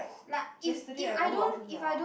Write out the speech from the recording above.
like if if I don't if I don't